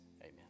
Amen